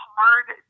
hard